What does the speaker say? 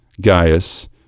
Gaius